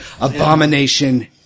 abomination